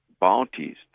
bounties